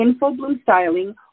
infobluestyling